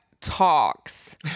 talks